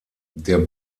der